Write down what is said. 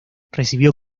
recibió